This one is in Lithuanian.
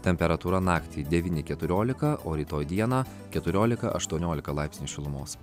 temperatūra naktį devyni keturiolika o rytoj dieną keturiolika aštuoniolika laipsnių šilumos